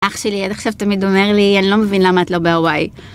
אח שלי, עד עכשיו תמיד אומר לי, אני לא מבין למה את לא בהוואי.